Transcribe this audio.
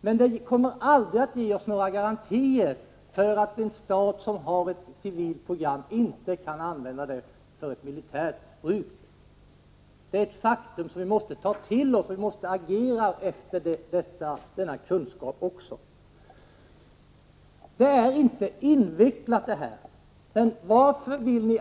Men den kommer aldrig att ge oss några garantier för att inte en stat som har ett civilt program kan använda det för militärt bruk. Det är ett faktum som vi måste ta till oss. Vi måste agera utifrån denna kunskap. Det här är inte något invecklat. Varför vill ni